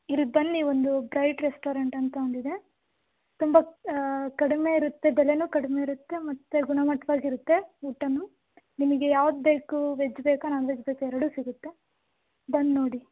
ಇಲ್ಲಿ ಬನ್ನಿ ಒಂದು ಬ್ರೈಟ್ ರೆಸ್ಟೋರೆಂಟ್ ಅಂತ ಒಂದು ಇದೆ ತುಂಬ ಕಡಿಮೆ ಇರತ್ತೆ ಬೆಲೆಯೂ ಕಡಿಮೆ ಇರತ್ತೆ ಮತ್ತು ಗುಣಮಟ್ಟವಾಗಿ ಇರುತ್ತೆ ಊಟಾನು ನಿಮಗೆ ಯಾವುದು ಬೇಕು ವೆಜ್ ಬೇಕಾ ನಾನ್ ವೆಜ್ ಬೇಕಾ ಎರಡೂ ಸಿಗತ್ತೆ ಬಂದು ನೋಡಿ